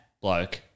bloke